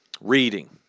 Reading